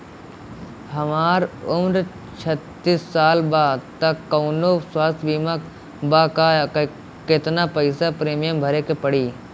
हमार उम्र छत्तिस साल बा त कौनों स्वास्थ्य बीमा बा का आ केतना पईसा प्रीमियम भरे के पड़ी?